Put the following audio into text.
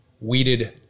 weeded